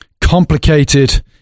complicated